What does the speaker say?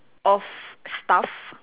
of stuff